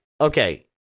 Okay